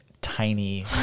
tiny